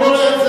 תנו לו,